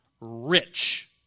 rich